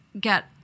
get